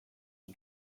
and